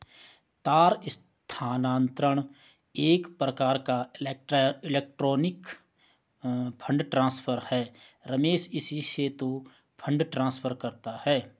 तार स्थानांतरण एक प्रकार का इलेक्ट्रोनिक फण्ड ट्रांसफर है रमेश इसी से तो फंड ट्रांसफर करता है